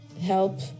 help